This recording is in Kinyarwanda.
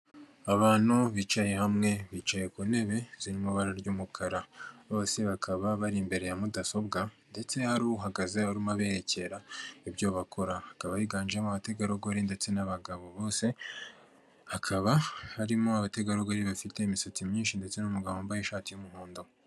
Abantu bicaye hamwe bicaye ku ntebe zirimo ibara ry'umukara bose bakaba bari imbere ya mudasobwa ndetse hari uhagaze arimo abererekera ibyo bakora akaba yiganjemo abategarugori ndetse n'abagabo bose hakaba harimo abategarugori bafite imisatsi myinshi ndetse n'umugabo wambaye ishati y'umuhondo.